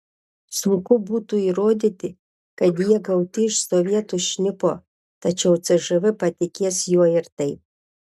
sunku būtų įrodyti kad jie gauti iš sovietų šnipo tačiau cžv patikės juo ir taip